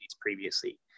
previously